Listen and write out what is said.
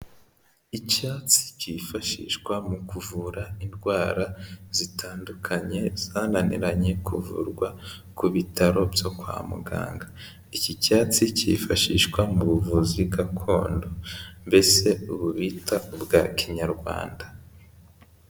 Icyatsi cyifashishwa mu kuvura indwara zitandukanye zananiranye kuvurwa ku bitaro byo kwa muganga, iki cyatsi cyifashishwa mu buvuzi gakondo, mbese ubu bita ubwa kinyarwanda.